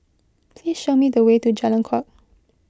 please show me the way to Jalan Kuak